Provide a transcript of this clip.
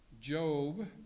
Job